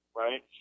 right